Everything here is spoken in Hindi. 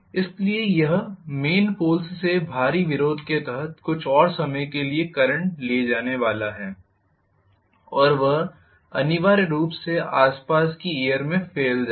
इसलिए यह मेन पोल्स से भारी विरोध के तहत कुछ और समय के लिए करंट ले जाने वाला है और वह अनिवार्य रूप से आसपास की एयर में फैल जाएगा